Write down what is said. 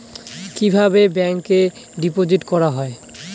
কিভাবে ব্যাংকে ডিপোজিট করা হয়?